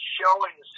showing